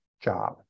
job